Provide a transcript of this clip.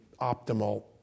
optimal